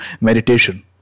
meditation